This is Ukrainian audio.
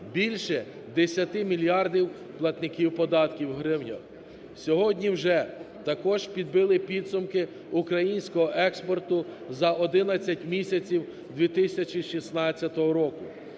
більше 10 мільярдів платників податків у гривнях. Сьогодні вже також підбили підсумки українського експорту за 11 місяців 2016 року.